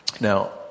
Now